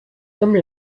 comme